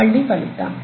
మళ్ళీ కలుద్దాం